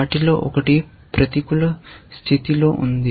వాటిలో ఒకటి ప్రతికూల స్థితిలో ఉంది